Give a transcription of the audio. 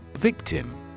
Victim